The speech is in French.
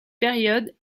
période